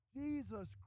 Jesus